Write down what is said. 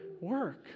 work